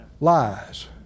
Lies